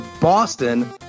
Boston